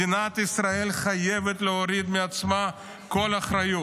מדינת ישראל חייבת להוריד מעצמה כל אחריות.